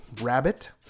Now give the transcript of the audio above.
rabbit